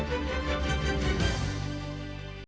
Дякую.